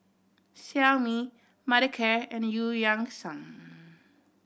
Xiaomi Mothercare and Eu Yan Sang